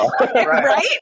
right